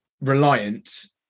reliant